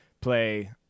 play